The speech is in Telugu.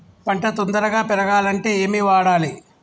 పంట తొందరగా పెరగాలంటే ఏమి వాడాలి?